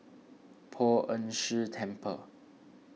Poh Ern Shih Temple